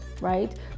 right